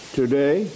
today